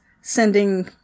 sending